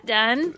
done